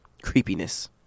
creepiness